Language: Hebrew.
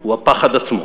הוא הפחד עצמו,